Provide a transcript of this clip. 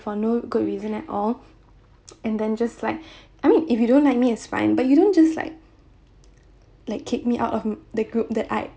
for no good reason at all and then just like I mean if you don't like me it's fine but you don't just like like kicked me out of the group that I